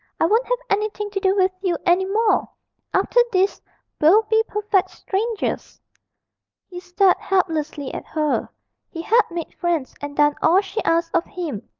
i won't have anything to do with you any more after this we'll be perfect strangers he stared helplessly at her he had made friends and done all she asked of him,